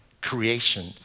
creation